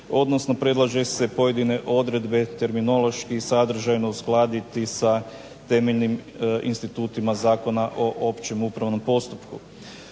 odnosno predlaže se pojedine odredbe terminološki i sadržajno uskladiti sa temeljnim institutima Zakona o općem upravnom postupku.